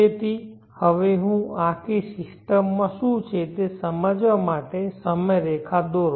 તેથી હવે હું આ આખી સિસ્ટમ શું છે તે સમજવા માટે સમયરેખા દોરો